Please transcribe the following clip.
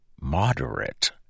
moderate